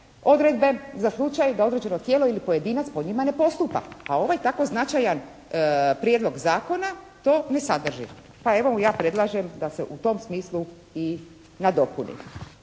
odredbe za slučaj da određeno tijelo ili pojedinac po njima ne postupa. A ovaj tako značajan prijedlog zakona to ne sadrži. Pa evo ja predlažem da se u tom smislu i nadopuni.